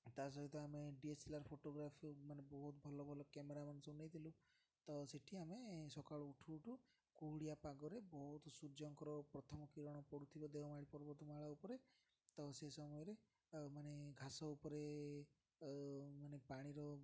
ତା' ସହିତ ଆମେ D S L R photography ମାନେ ବହୁତ ଭଲ ଭଲ କ୍ୟାମେରା ମାନ ସବୁ ନେଇଥିଲୁ ତ ସେଠି ଆମେ ସକାଳୁ ଉଠୁ ଉଠୁ କୁହୁଡ଼ିଆ ପାଗରେ ବହୁତ ସୂର୍ଯ୍ୟଙ୍କର ପ୍ରଥମ କିରଣ ପଡ଼ୁଥିବ ଦେଓମାଳି ପର୍ବତମାଳ ଉପରେ ତ ସେ ସମୟରେ ଆଉ ମାନେ ଘାସ ଉପରେ ମାନେ ପାଣିର